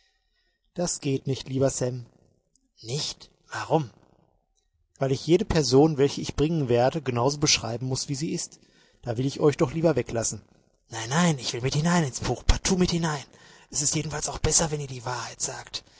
das geht nicht lieber sam nicht warum weil ich jede person welche ich bringen werde genau so beschreiben muß wie sie ist da will ich euch doch lieber weglassen nein nein ich will mit hinein ins buch partout mit hinein es ist jedenfalls auch besser wenn ihr die wahrheit sagt